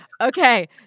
Okay